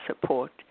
support